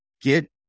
Get